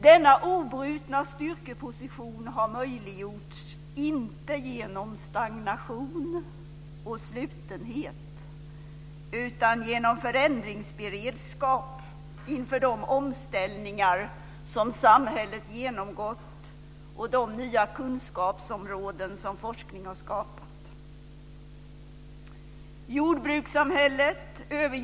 Denna obrutna styrkeposition har möjliggjorts inte genom stagnation och slutenhet utan genom förändringsberedskap inför de omställningar som samhället genomgått och de nya kunskapsområden som forskning har skapat.